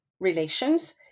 relations